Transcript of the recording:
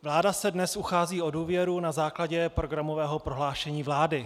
Vláda se dnes uchází o důvěru na základě programového prohlášení vlády.